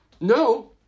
No